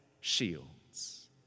shields